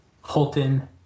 Holton